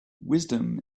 wisdom